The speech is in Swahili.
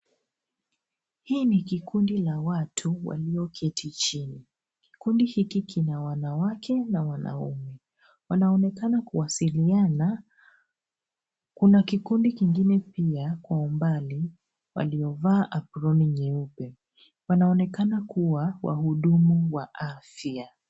Hii ni kikundi la watu walioketi chini kundi hiki kina wanawake na wanaume wanaonekana kuwasiliana, kuna kikundi kingine pia kwa umbali waliovaa aproni nyeupe wanaonekana kuwa wahudumu wa afya.